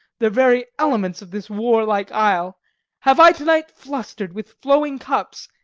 the very elements of this warlike isle have i to-night fluster'd with flowing cups,